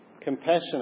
compassionate